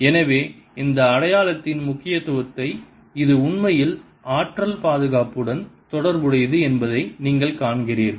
எனவே இந்த அடையாளத்தின் முக்கியத்துவத்தை இது உண்மையில் ஆற்றல் பாதுகாப்புடன் தொடர்புடையது என்பதை நீங்கள் காண்கிறீர்கள்